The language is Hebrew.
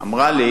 אמרה לי